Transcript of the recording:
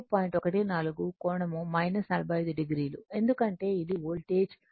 14 కోణం 45o ఎందుకంటే ఇది వోల్టేజ్ ఇంపెడెన్స్